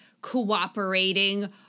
cooperating